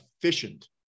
efficient